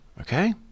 okay